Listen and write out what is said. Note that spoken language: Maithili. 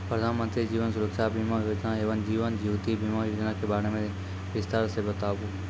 प्रधान मंत्री जीवन सुरक्षा बीमा योजना एवं जीवन ज्योति बीमा योजना के बारे मे बिसतार से बताबू?